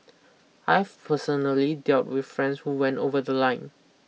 I've personally dealt with friends who went over the line